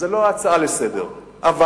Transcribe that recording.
זו לא ההצעה לסדר-היום.